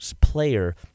player